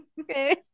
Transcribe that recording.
Okay